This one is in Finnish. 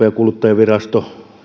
ja kuluttajavirasto